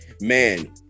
Man